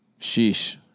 sheesh